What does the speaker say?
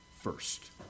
first